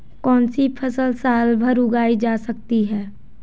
कौनसी फसल साल भर उगाई जा सकती है?